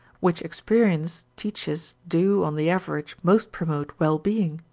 which experience teaches do, on the average, most promote well-being.